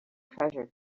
treasure